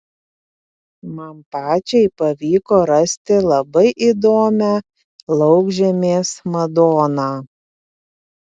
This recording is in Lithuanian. man pačiai pavyko rasti labai įdomią laukžemės madoną